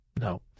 no